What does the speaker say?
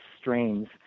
strains